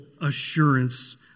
assurance